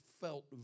felt